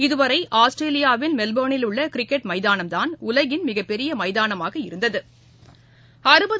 இதுவரை ஆஸ்திரேலியாவின் மெல்போ்னில் உள்ளகிரிக்கெட் விளையாட்டுமைதானம்தான் உலகின் மிகப்பெரியமைதானமாக இருந்தது